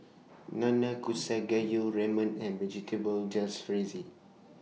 Nanakusa Gayu Ramen and Vegetable Jalfrezi